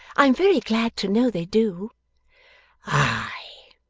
i am very glad to know they do aye,